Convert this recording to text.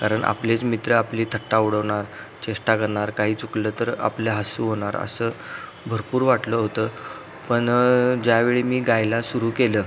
कारण आपलेच मित्र आपली थट्टा उडवणार चेष्टा करणार काही चुकलं तर आपलं हसू होणार असं भरपूर वाटलं होतं पण ज्यावेळी मी गायला सुरू केलं